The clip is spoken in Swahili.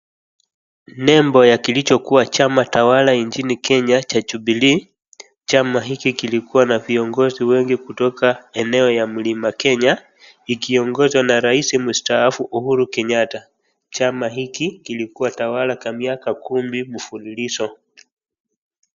Nembo ya kilichokuwa chama tawala nchini Kenya cha jubilee. Chama hiki kilikuwa na viongozi wengi kutoka eneo ya mlima Kenya ikiongozwa na rais mustaafu Uhuru Kenyatta. Chama hiki kilikua tawala kwa miaka kumi mfululizo.